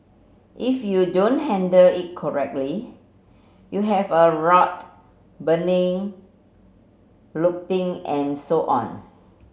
if you don't handle it correctly you'll have a riot burning looting and so on